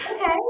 okay